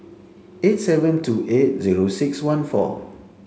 eight seven two eight zero six one four